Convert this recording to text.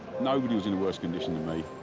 nobody was in worse condition than me.